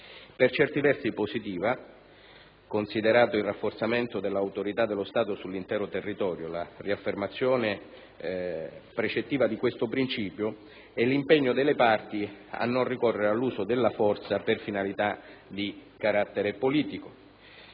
per certi versi positiva, considerato il rafforzamento dell'autorità dello Stato sull'intero territorio, la riaffermazione precettiva di questo principio e l'impegno delle parti a non ricorrere all'uso della forza per finalità di carattere politico,